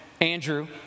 Andrew